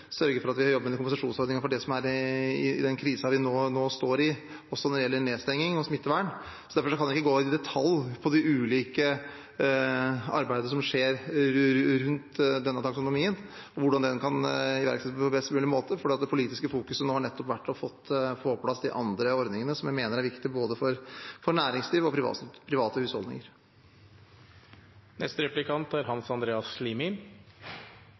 sørge for å jobbe med kompensasjonsordningene i den krisen vi nå står i, også når det gjelder nedstenging og smittevern. Derfor kan jeg ikke gå i detalj på de ulike arbeidene som skjer rundt denne taksonomien, hvordan den kan iverksettes på best mulig måte, for det politiske fokuset nå har vært å få på plass de andre ordningene, som jeg mener er viktig for både næringsliv og private husholdninger.